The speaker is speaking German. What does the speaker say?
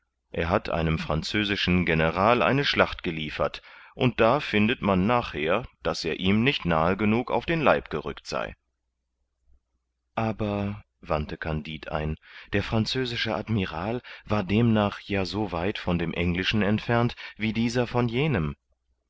er hat einem französischen general eine schlacht geliefert und da findet man nachher daß er ihm nicht nahe genug auf den leib gerückt sei aber wandte kandid ein der französische admiral war demnach ja so weit von dem englischen entfernt wie dieser von jenem